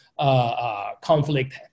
conflict